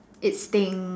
its sting